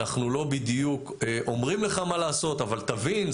"אנחנו לא בדיוק אומרים לך מה לעשות אבל תבין,